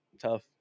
Tough